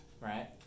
right